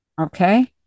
Okay